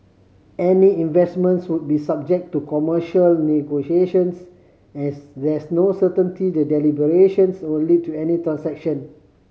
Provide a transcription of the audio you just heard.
any investments would be subject to commercial negotiations as there's no certainty the deliberations will lead to any transaction